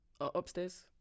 Upstairs